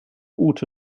ute